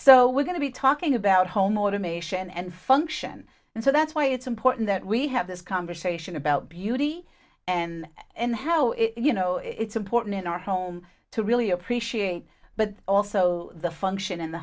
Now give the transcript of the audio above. so we're going to be talking about home automation and function and so that's why it's important that we have this conversation about beauty and and how you know it's important in our home to really appreciate but also the function in the